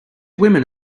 women